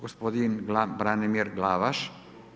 Gospodin Branimir Glavaš.